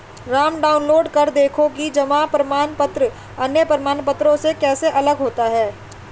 Ram download कर देखो कि जमा प्रमाण पत्र अन्य प्रमाण पत्रों से कैसे अलग होता है?